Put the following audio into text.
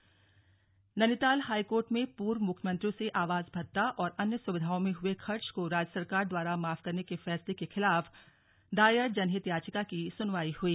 पूर्व सीएम भत्ते नैनीताल हाईकोर्ट में पूर्व मुख्यमंत्रियों से आवास भत्ता और अन्य सुविधाओं में हुए खर्च को राज्य सरकार द्वारा माफ करने के फैसले के खिलाफ दायर जनहित याचिका की सुनवाई हुई